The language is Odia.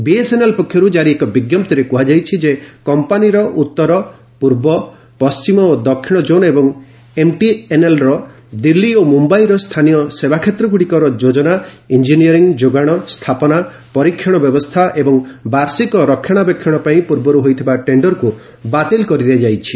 ବିଏସ୍ଏନ୍ଏଲ୍ ପକ୍ଷରୁ ଜାରି ଏକ ବିଜ୍ଞପ୍ତିରେ କୁହାଯାଇଛି ଯେ କମ୍ପାନିର ଉତ୍ତର ପୂର୍ବ ପଶ୍ଚିମ ଓ ଦକ୍ଷିଣ ଜୋନ୍ ଏବଂ ଏମ୍ଟିଏନ୍ଏଲ୍ର ଦିଲ୍ଲୀ ଓ ମୁମ୍ବାଇର ସ୍ଥାନୀୟ ସେବାକ୍ଷେତ୍ରଗୁଡ଼ିକର ଯୋଜନା ଇଞ୍ଜିନିୟର୍ଟି ଯୋଗାଣ ସ୍ଥାପନା ପରୀକ୍ଷଣ ବ୍ୟବସ୍ଥା ଏବଂ ବାର୍ଷିକ ରକ୍ଷଣାବେକ୍ଷଣ ପାଇଁ ପୂର୍ବରୁ ହୋଇଥିବା ଟେଣ୍ଡରକୁ ବାତିଲ କରିଦିଆଯାଇଛି